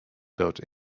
built